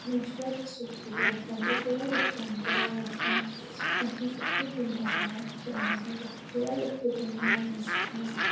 تتھ مَنٛز چھُ واریاہ سہوٗلِیت واتان بیٚیہِ چھُ واریاہ کم کِراے آسان یتھ مَنٛز چھُ الگے مَزٕ لگان یتھ ٹرینہِ مَنٛز یتھ مَنٛز چھُ واریاہ لُطُف میلان اِنسانَس